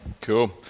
cool